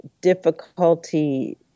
difficulty